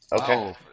Okay